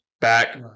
back